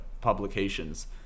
publications